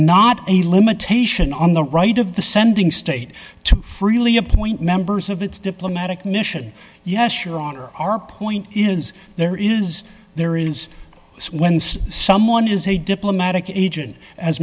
not a limitation on the right of the sending state to freely appoint members of its diplomatic mission yes your honor our point is there is there is when someone is a diplomatic agent as